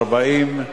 בעד, 40,